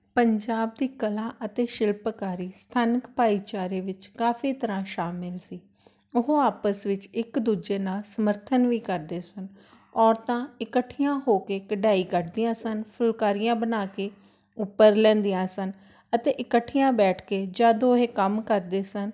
ਪੰਜਾਬ ਦੀ ਕਲਾ ਅਤੇ ਸ਼ਿਲਪਕਾਰੀ ਸਥਾਨਕ ਭਾਈਚਾਰੇ ਵਿੱਚ ਕਾਫ਼ੀ ਤਰ੍ਹਾਂ ਸ਼ਾਮਿਲ ਸੀ ਉਹ ਆਪਸ ਵਿੱਚ ਇੱਕ ਦੂਜੇ ਨਾਲ਼ ਸਮਰਥਨ ਵੀ ਕਰਦੇ ਸਨ ਔਰਤਾਂ ਇਕੱਠੀਆਂ ਹੋ ਕੇ ਕਢਾਈ ਕੱਢਦੀਆਂ ਸਨ ਫੁਲਕਾਰੀਆਂ ਬਣਾ ਕੇ ਉੱਪਰ ਲੈਂਦੀਆਂ ਸਨ ਅਤੇ ਇਕੱਠੀਆਂ ਬੈਠ ਕੇ ਜਦ ਉਹ ਇਹ ਕੰਮ ਕਰਦੇ ਸਨ